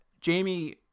Jamie